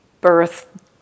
birth